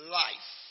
life